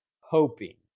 hoping